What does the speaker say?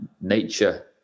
nature